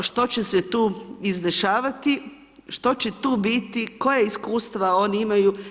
Da, što će se tu izdešavati, što će tu biti, koja iskustva oni imaju?